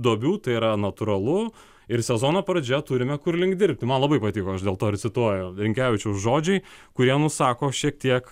duobių tai yra natūralu ir sezono pradžia turime kur link dirbti man labai patiko aš dėl to ir cituoju rinkevičiaus žodžiai kurie nusako šiek tiek